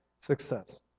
success